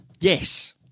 Yes